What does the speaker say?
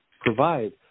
provide